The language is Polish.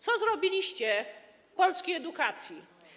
Co zrobiliście polskiej edukacji?